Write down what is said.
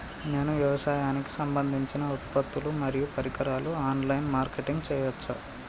నేను వ్యవసాయానికి సంబంధించిన ఉత్పత్తులు మరియు పరికరాలు ఆన్ లైన్ మార్కెటింగ్ చేయచ్చా?